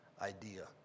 idea